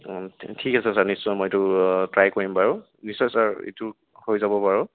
ঠিক আছে ছাৰ নিশ্চয় মই এইটো ট্ৰাই কৰিম বাৰু নিশ্চয় ছাৰ এইটো হৈ যাব বাৰু